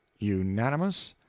unanimous?